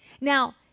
Now